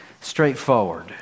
straightforward